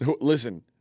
Listen